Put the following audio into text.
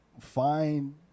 find